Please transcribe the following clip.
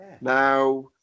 Now